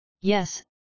Yes